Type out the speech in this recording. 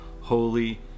Holy